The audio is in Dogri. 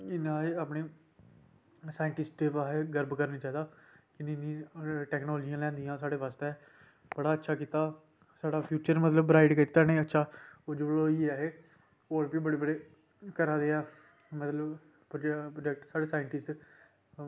इन्ना असें अपने साइंटिस्टें पर गर्व करना चाहिदा की इन्नी टेक्नोलॉजियां लेई आंदियां साढ़े बास्तै बड़ा अच्छा कीता साढ़ा फ्यूचर मतलब ब्राईट कीता निं अच्छा होर बी बड़े बड़े करा दे मतलब की प्रोजेक्ट साढ़े साइंटिस्ट